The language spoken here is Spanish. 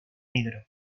negro